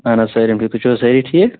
اَہَن حظ سٲلِم ٹھیٖک تُہۍ چھِِو حظ سٲری ٹھیٖک